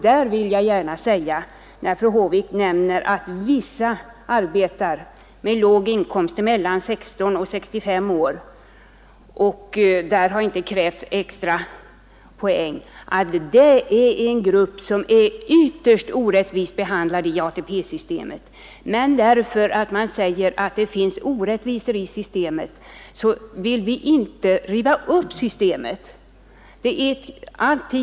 När fru Håvik nämner att vissa arbetar med låg inkomst mellan 16 och 65 års ålder och att det inte har krävts extra poäng där, vill jag gärna säga att det är en grupp som är ytterst orättvist behandlat i ATP-systemet. Men även om det finns vissa orättvisor i systemet, vill vi ändå inte riva upp det.